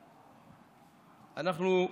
אנחנו,